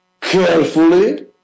carefully